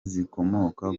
zikomoka